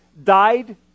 died